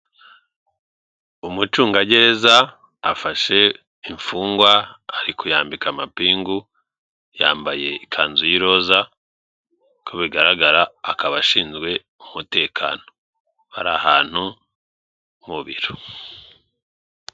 Umucungagereza afashe imfungwa ari kuyambika amapingu, yambaye ikanzu y'iroza, uko bigaragara akaba ashinzwe umutekano, bari ahantu mu biro.